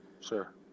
sure